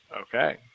Okay